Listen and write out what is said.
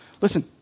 Listen